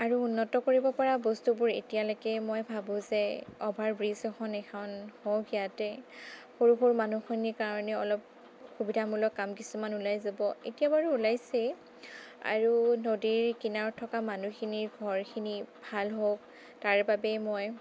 আৰু উন্নত কৰিব পৰা বস্তুবোৰ এতিয়ালেকে মই ভাবোঁ যে অভাৰব্ৰিজ এখন এখন হওক ইয়াতেই সৰু সৰু মানুহখিনিৰ কাৰণেও অলপ সুবিধা মূলক কাম কিছুমান ওলাই যাব এতিয়া বাৰু ওলাইছেই আৰু নদীৰ কিনাৰত থকা মানুহখিনিৰ ঘৰখিনি ভাল হওক তাৰ বাবেই মই